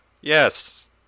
Yes